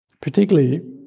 particularly